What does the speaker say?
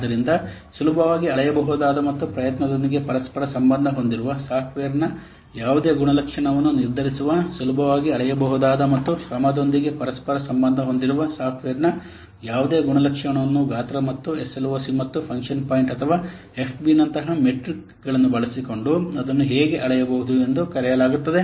ಆದ್ದರಿಂದ ಸುಲಭವಾಗಿ ಅಳೆಯಬಹುದಾದ ಮತ್ತು ಪ್ರಯತ್ನದೊಂದಿಗೆ ಪರಸ್ಪರ ಸಂಬಂಧ ಹೊಂದಿರುವ ಸಾಫ್ಟ್ವೇರ್ನ ಯಾವುದೇ ಗುಣಲಕ್ಷಣವನ್ನು ನಿರ್ಧರಿಸುವ ಸುಲಭವಾಗಿ ಅಳೆಯಬಹುದಾದ ಮತ್ತು ಶ್ರಮದೊಂದಿಗೆ ಪರಸ್ಪರ ಸಂಬಂಧ ಹೊಂದಿರುವ ಸಾಫ್ಟ್ವೇರ್ನ ಯಾವುದೇ ಗುಣಲಕ್ಷಣವನ್ನು ಗಾತ್ರ ಮತ್ತು ಎಸ್ ಎಲ್ ಒ ಸಿ ಮತ್ತು ಫಂಕ್ಷನ್ ಪಾಯಿಂಟ್ ಅಥವಾ ಎಫ್ ಪಿ ನಂತಹ ಮೆಟ್ರಿಕ್ಗಳನ್ನು ಬಳಸಿಕೊಂಡು ಅದನ್ನು ಹೇಗೆ ಅಳೆಯಬಹುದು ಎಂದು ಕರೆಯಲಾಗುತ್ತದೆ